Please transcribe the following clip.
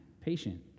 patient